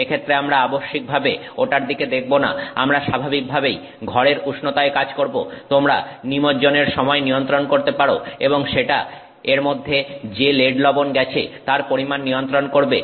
এক্ষেত্রে আমরা আবশ্যিকভাবে ওটার দিকে দেখব না আমরা স্বাভাবিকভাবেই ঘরের উষ্ণতায় কাজ করব তোমরা নিমজ্জনের সময়ের নিয়ন্ত্রণ করতে পারো এবং সেটা এর মধ্যে যে লেড লবণ গেছে তার পরিমাণ নিয়ন্ত্রণ করবে